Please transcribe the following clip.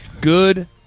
Good